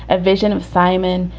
a vision of simon.